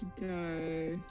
go